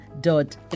dot